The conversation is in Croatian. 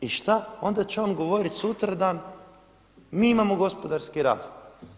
I šta, onda će on govoriti sutradan mi imamo gospodarski rast.